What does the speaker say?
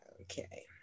okay